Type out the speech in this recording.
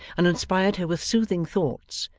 and inspired her with soothing thoughts,